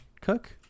cook